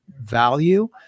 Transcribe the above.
value